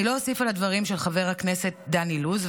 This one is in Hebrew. אני לא אוסיף על הדברים של חבר הכנסת דן אילוז,